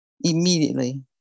Immediately